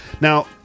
Now